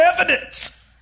evidence